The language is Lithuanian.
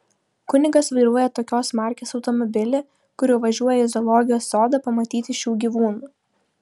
kunigas vairuoja tokios markės automobilį kuriuo važiuoja į zoologijos sodą pamatyti šių gyvūnų